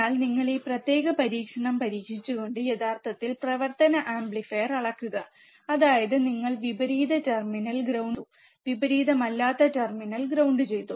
എന്നാൽ നിങ്ങൾ ഈ പ്രത്യേക പരീക്ഷണം പരീക്ഷിച്ചുകൊണ്ട് യഥാർത്ഥത്തിൽ പ്രവർത്തന ആംപ്ലിഫയർ അളക്കുക അതായത് നിങ്ങൾ വിപരീത ടെർമിനൽ ഗ്രൌണ്ട് ചെയ്തു വിപരീതമല്ലാത്ത ടെർമിനൽ ഗ്രൌണ്ട് ചെയ്തു